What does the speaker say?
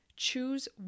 choose